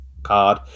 Card